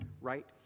right